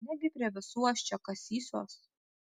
negi prie visų aš čia kasysiuos